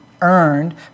earned